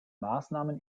maßnahmen